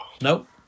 Nope